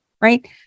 right